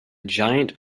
giant